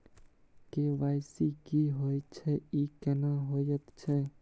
KYC की होय छै, ई केना होयत छै?